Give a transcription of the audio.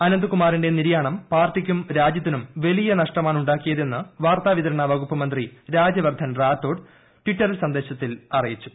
അനന്ത്കുമാറിന്റെ നിര്യാണം പാർട്ടിക്കും രാജ്യത്തിനും വലിയ നഷ്ടമാണ് ഉണ്ടാക്കിയതെന്ന് വാർത്താവിതരണ വകുപ്പ് മന്ത്രി രാജ്യവർദ്ധൻ റാത്തോഡ് ട്വിറ്റർ സന്ദേശത്തിൽ അറിയിച്ചു